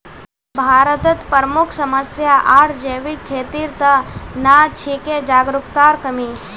भारतत प्रमुख समस्या आर जैविक खेतीर त न छिके जागरूकतार कमी